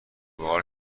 بحال